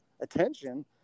attention